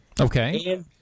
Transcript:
Okay